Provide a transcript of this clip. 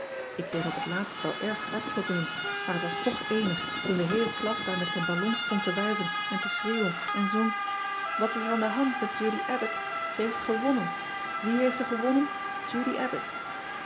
k kreeg op het laatst wel erg hartkloppingen maar het was toch eenig toen de heele klas daar met zijn ballons stond te wuiven en te schreeuwen en zong at is er aan de hand met udy bbott e heeft gewonnen ie heeft er gewonnen